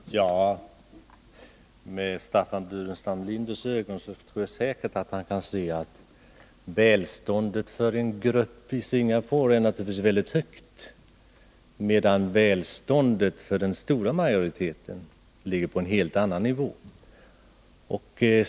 Fru talman! Med Staffan Burenstam Linders ögon tror jag säkert att man kan se att välståndet för en liten grupp i Singapore är väldigt högt, men välståndet för den stora majoriteten ligger på en helt annan nivå.